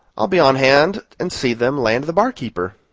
i'll be on hand and see them land the barkeeper.